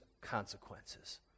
consequences